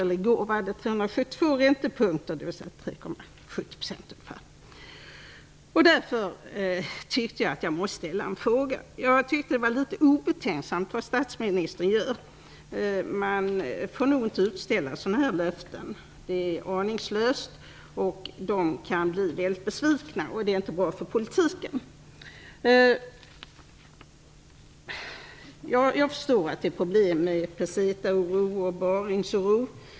Mot den bakgrunden ville jag ställa min fråga. Jag tycker att det var litet obetänksamt av statsministern att ställa ut löften av det här slaget. Det är aningslöst, och människorna kan bli väldigt besvikna. Det gäller då inte bara politiken. Jag förstår att det är problem här med oro för pesetan och Barings Bank.